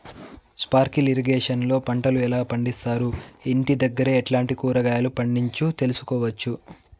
Sprinkle irrigation లో పంటలు ఎలా పండిస్తారు, ఇంటి దగ్గరే ఎట్లాంటి కూరగాయలు పండించు తెలుసుకోవచ్చు?